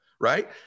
right